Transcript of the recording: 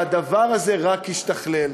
והדבר הזה רק השתכלל.